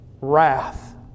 Wrath